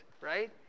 right